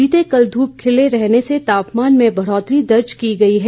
बीते कल धूप खिले रहने से तापमान में बढ़ोतरी दर्ज की गई है